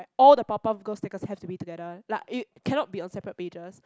all the Powerpuff Girls stickers have to be together like it cannot be on separate pages